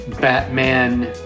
Batman